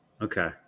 Okay